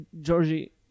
Georgie